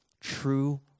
true